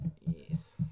Yes